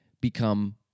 become